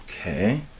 okay